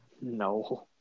No